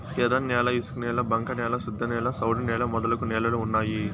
ఎర్రన్యాల ఇసుకనేల బంక న్యాల శుద్ధనేల సౌడు నేల మొదలగు నేలలు ఉన్నాయి